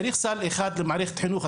צריך סל אחד למערכת החינוך.